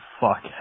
Fuck